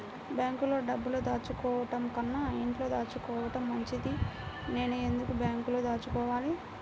బ్యాంక్లో డబ్బులు దాచుకోవటంకన్నా ఇంట్లో దాచుకోవటం మంచిది నేను ఎందుకు బ్యాంక్లో దాచుకోవాలి?